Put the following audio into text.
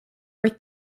for